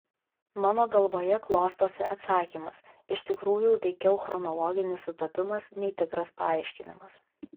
mano galvoje klostosi atsakymas iš tikrųjų veikiau chronologinis sutapimas nei tikras paaiškinimas